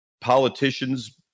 Politicians